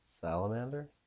Salamander